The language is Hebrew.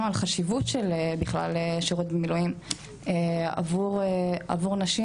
על חשיבות בכלל של שירות במילואים עבור נשים,